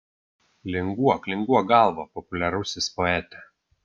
linguok linguok galva populiarusis poete